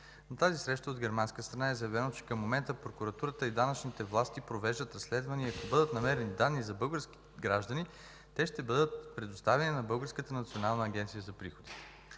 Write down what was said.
На тази среща от германска страна е заявено, че към момента прокуратурата и данъчните власти провеждат разследване и ако бъдат намерени данни за български граждани, те ще бъдат предоставени на българската